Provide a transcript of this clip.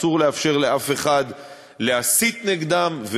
אסור לאפשר להסית נגדם,